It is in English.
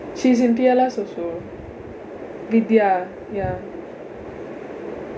she's in T_L_S also vidya ya